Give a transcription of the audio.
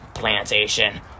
Plantation